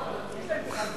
יש להם קופת גמל?